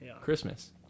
Christmas